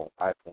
iPhone